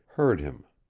heard him.